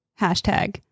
hashtag